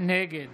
נגד